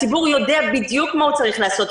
הציבור יודע בדיוק מה הוא צריך לעשות,